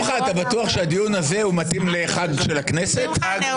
של הכנסת עוד שנה-שנתיים נגמר.